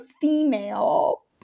female